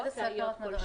בודדות.